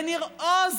בניר עוז,